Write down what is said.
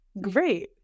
Great